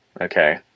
okay